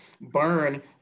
burn